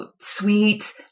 sweet